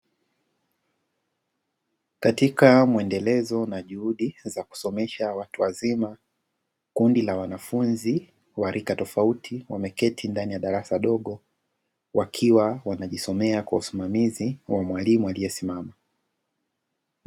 Katika mwendelezo na juhudi za kusomesha watu wazima, kundi la wanafunzi wa rika tofauti wameketi ndani ya darasa dogo, wakiwa wanajisomea kwa usimamizi wa mwalimu aliyesimama.